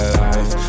life